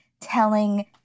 telling